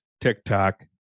TikTok